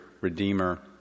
Redeemer